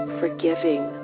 forgiving